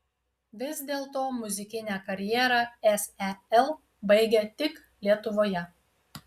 vis dėlto muzikinę karjerą sel baigia tik lietuvoje